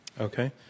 Okay